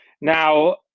Now